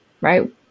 right